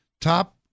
top